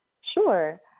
Sure